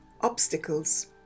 obstacles